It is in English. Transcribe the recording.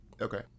okay